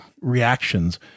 reactions